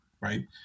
right